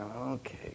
okay